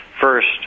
first